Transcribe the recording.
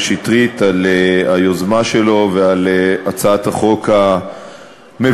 שטרית על היוזמה שלו ועל הצעת החוק המבורכת.